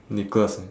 nicholas ah